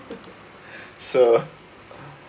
so uh